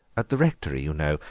at the rectory, you know,